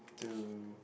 to